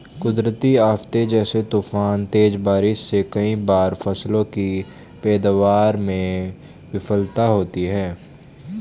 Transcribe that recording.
कुदरती आफ़ते जैसे तूफान, तेज बारिश से कई बार फसलों की पैदावार में विफलता होती है